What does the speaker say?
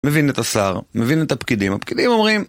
מבין את השר, מבין את הפקידים, הפקידים אומרים